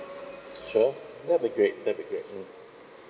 sure that'll be great that'll be great mm